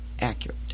accurate